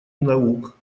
наук